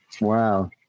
Wow